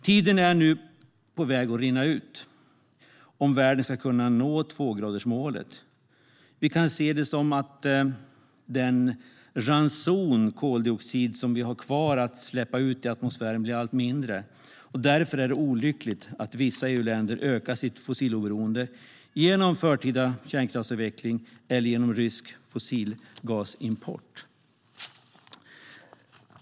Tiden är på väg att rinna ut om världen ska kunna nå tvågradersmålet. Vi kan se det som att den "ranson" koldioxid som vi har kvar att släppa ut i atmosfären blir allt mindre. Därför är det olyckligt att vissa EU-länder ökar sitt fossilberoende genom förtida kärnkraftsavveckling eller genom rysk fossilgasimport.